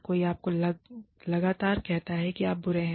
कोई आपको लगातार कहता है कि आप बुरे हैं